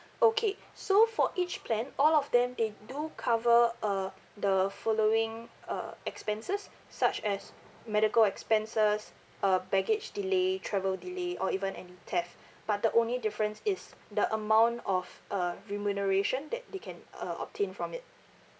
okay so for each plan all of them they do cover uh the following uh expenses such as medical expenses uh baggage delay travel delay or even any theft but the only difference is the amount of uh remuneration that they can uh obtain from it